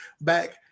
back